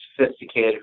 sophisticated